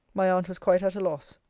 my aunt was quite at a loss.